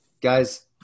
guys